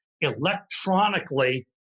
electronically